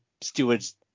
steward's